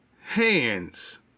hands